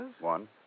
One